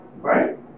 right